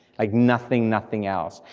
like nothing, nothing else,